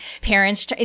parents